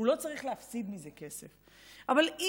זאת אומרת, הוא לא צריך להפסיד מזה כסף.